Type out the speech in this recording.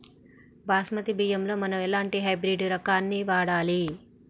బాస్మతి బియ్యంలో మనం ఎలాంటి హైబ్రిడ్ రకం ని వాడాలి?